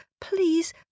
Please